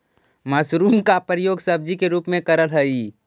mushroom का प्रयोग सब्जी के रूप में करल हई